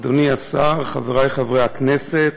אדוני השר, חברי חברי הכנסת,